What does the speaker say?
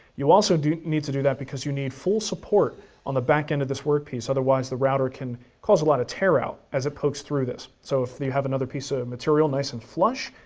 you also need to do that because you need full support on the backend of this workpiece, otherwise the router can cause a lot of tear-out as it pokes through this. so if you have another piece of material nice and flush,